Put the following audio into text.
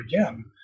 again